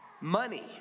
Money